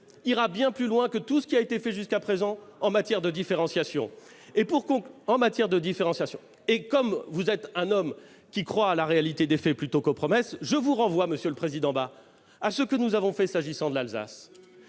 ira bien plus loin que tout ce qui a été fait jusqu'à présent en matière de différenciation. Comme vous êtes un homme qui croit à la réalité des faits plutôt qu'aux promesses, monsieur le président Bas, je vous renvoie à ce que nous avons fait pour l'Alsace